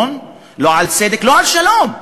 לא על צדק, לא על שלום?